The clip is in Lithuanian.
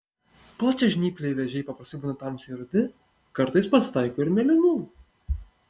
plačiažnypliai vėžiai paprastai būna tamsiai rudi kartais pasitaiko ir mėlynų